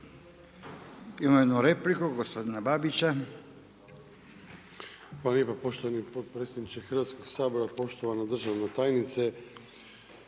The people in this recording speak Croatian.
Imamo jednu repliku, gospodina Babića. **Babić, Ante (HDZ)** Hvala lijepo poštovani potpredsjedniče Hrvatskoga sabora, poštovana državna tajnice.